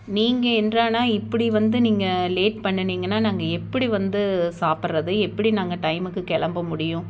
நீங்கள் என்றானா இப்படி வந்து நீங்கள் லேட் பண்ணுனிங்கன்னா நாங்கள் எப்படி வந்து சாப்பிட்றது எப்படி நாங்கள் டைமுக்கு கிளம்ப முடியும்